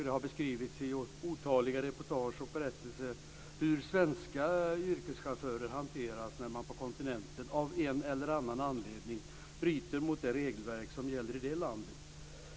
Det har i otaliga reportage och berättelser beskrivits hur svenska yrkeschaufförer hanteras på kontinenten om de av en eller annan anledning bryter mot det regelverk som gäller i ett visst land.